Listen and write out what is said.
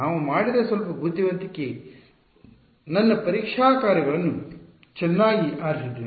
ನಾನು ಮಾಡಿದ ಸ್ವಲ್ಪ ಬುದ್ಧಿವಂತಿಕೆ ನನ್ನ ಪರೀಕ್ಷಾ ಕಾರ್ಯಗಳನ್ನು ಚೆನ್ನಾಗಿ ಆರಿಸಿದ್ದೇನೆ